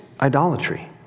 idolatry